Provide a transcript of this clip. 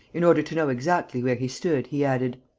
in order to know exactly where he stood, he added,